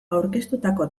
aurkeztutako